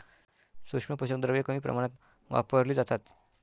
सूक्ष्म पोषक द्रव्ये कमी प्रमाणात वापरली जातात